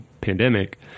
pandemic